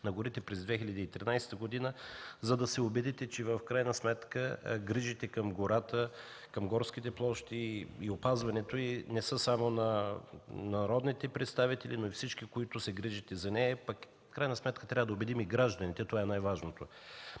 на горите през 2013 г., за да се убедите, че грижите към гората, горските площи и опазването им не са само на народните представители, а на всички, които се грижат за нея. В крайна сметка, трябва да убедим и гражданите – това е най-важното.